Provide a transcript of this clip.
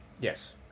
Yes